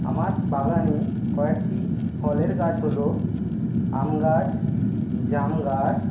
আমার বাগানে কয়েকটি ফলের গাছ হল আম গাছ জাম গাছ